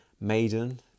maiden